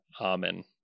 Amen